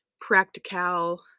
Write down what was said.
practical